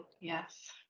Yes